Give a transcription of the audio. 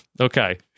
Okay